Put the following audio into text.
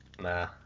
nah